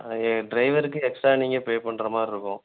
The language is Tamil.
அது டிரைவருக்கு எக்ஸ்ட்ரா நீங்கள் பே பண்ணுற மாதிரி இருக்கும்